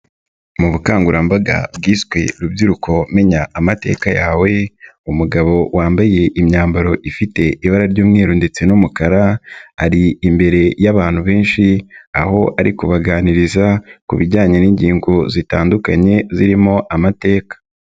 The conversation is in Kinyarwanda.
Mu bukangurambaga bwiswe rubyiruko menya amateka yawe, umugabo wambaye imyambaro ifite ibara ry'umweru ndetse n'umukara, ari imbere y'abantu benshi, aho ari kubaganiriza, ku bijyanye n'ingingo zitandukanye zirimo amateka.